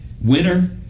Winner